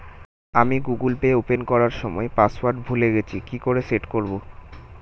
আমি Google Pay open করার সময় পাসওয়ার্ড ভুলে গেছি কি করে সেট করব?